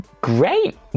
great